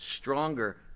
Stronger